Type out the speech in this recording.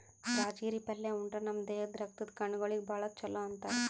ರಾಜಗಿರಿ ಪಲ್ಯಾ ಉಂಡ್ರ ನಮ್ ದೇಹದ್ದ್ ರಕ್ತದ್ ಕಣಗೊಳಿಗ್ ಭಾಳ್ ಛಲೋ ಅಂತಾರ್